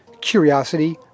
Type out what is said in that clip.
Curiosity